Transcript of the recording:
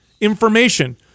information